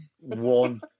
one